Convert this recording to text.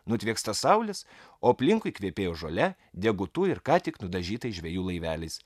nutvieksta saulės o aplinkui kvepėjo žole degutu ir ką tik nudažytais žvejų laiveliais